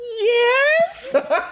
Yes